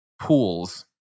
pools